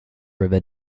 river